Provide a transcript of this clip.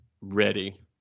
ready